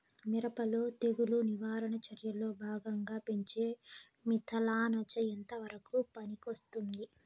మిరప లో తెగులు నివారణ చర్యల్లో భాగంగా పెంచే మిథలానచ ఎంతవరకు పనికొస్తుంది?